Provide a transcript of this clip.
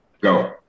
Go